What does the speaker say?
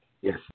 Yes